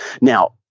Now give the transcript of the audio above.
Now